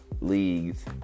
leagues